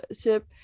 ship